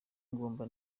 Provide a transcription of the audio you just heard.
ngombwa